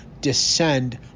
descend